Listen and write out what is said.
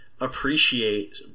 appreciate